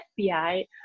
FBI